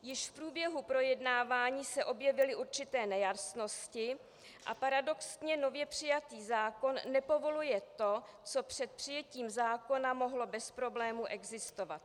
Již v průběhu projednávání se objevily určité nejasnosti a paradoxně nově přijatý zákon nepovoluje to, co před přijetím zákona mohlo bez problémů existovat.